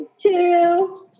two